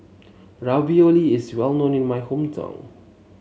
ravioli is well known in my hometown